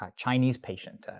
um chinese patient,